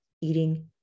eating